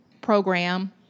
program